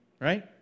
right